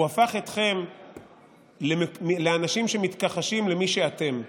הוא הפך אתכם לאנשים שמתכחשים למי שאתם.